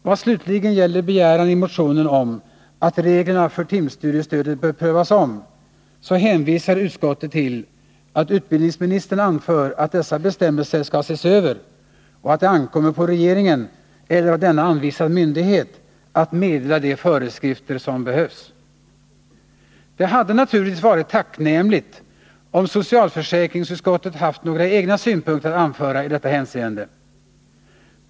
Vad slutligen gäller begäran i motionen om att reglerna för timstudiestödet bör prövas om så hänvisar utskottet till att utbildningsministern anför att dessa bestämmelser skall ses över och att det ankommer på regeringen eller av denna anvisad myndighet att meddela de föreskrifter som behövs. Det hade naturligtvis varit tacknämligt om socialförsäkringsutskottet haft några egna synpunkter att anföra i detta hänseende.